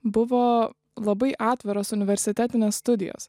buvo labai atviros universitetinės studijos